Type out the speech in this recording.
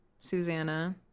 Susanna